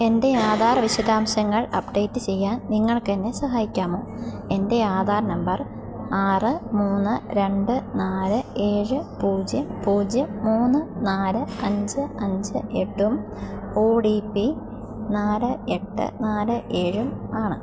എൻ്റെ ആധാർ വിശദാംശങ്ങൾ അപ്ഡേറ്റ് ചെയ്യാൻ നിങ്ങൾക്ക് എന്നെ സഹായിക്കാമോ എൻ്റെ ആധാർ നമ്പർ ആറ് മൂന്ന് രണ്ട് നാല് ഏഴ് പൂജ്യം പൂജ്യം മൂന്ന് നാല് അഞ്ച് അഞ്ച് എട്ടും ഒ ഡി പി നാല് എട്ട് നാല് ഏഴും ആണ്